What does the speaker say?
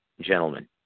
gentlemen